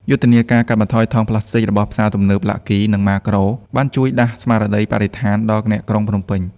យុទ្ធនាការ "កាត់បន្ថយថង់ប្លាស្ទិក" របស់ផ្សារទំនើប ឡាក់គី (Lucky) និង ម៉ាក្រូ (Makro) បានជួយដាស់ស្មារតីបរិស្ថានដល់អ្នកក្រុងភ្នំពេញ។